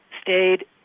stayed